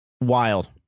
Wild